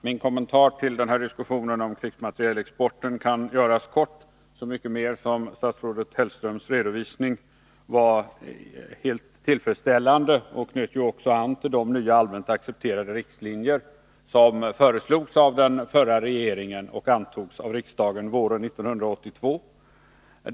Herr talman! Min kommentar till denna diskussion om krigsmaterielexporten kan göras kort, så mycket mer som statsrådet Hellströms redovisning var helt tillfredsställande och knöt an till de allmänt accepterade riktlinjer som föreslogs av den förra regeringen och antogs av riksdagen våren 1982.